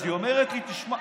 אז היא אומרת לי: תשמע,